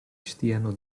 stiano